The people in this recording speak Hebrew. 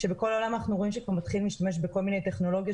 כשבכל העולם אנחנו כבר רואים שמתחילים להשתמש בכל מיני טכנולוגיות